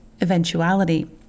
eventuality